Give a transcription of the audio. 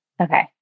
Okay